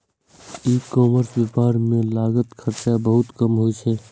ई commerce व्यवसाय मे लागत खर्च बहुत कम होइ छै